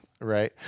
right